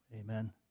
amen